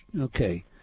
Okay